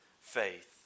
faith